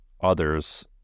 others